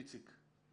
איציק,